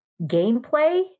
gameplay